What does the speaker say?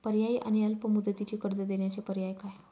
पर्यायी आणि अल्प मुदतीचे कर्ज देण्याचे पर्याय काय?